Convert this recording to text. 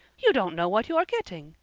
you don't know what you're getting.